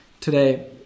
today